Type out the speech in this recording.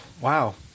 wow